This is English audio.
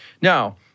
Now